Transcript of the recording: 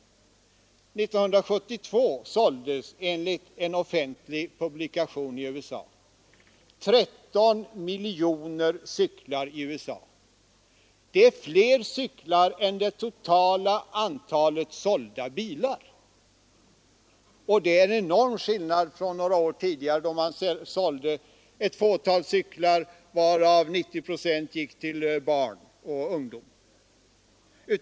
1972 såldes, enligt en offentlig publikation, 13 miljoner cyklar i USA. Det är fler cyklar än det totala antalet sålda bilar, och det är en enorm skillnad i förhållande till situationen några år tidigare, då man sålde ett fåtal cyklar, varav 90 procent gick till barn och ungdom.